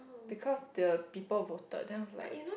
because the people voted then I was like